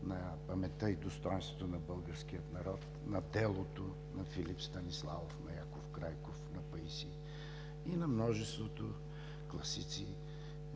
на паметта и достойнството на българския народ, на делото на Филип Станиславов, на Яков Крайков, на Паисий и на множеството български